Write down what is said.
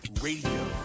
Radio